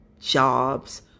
jobs